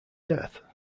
death